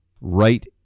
right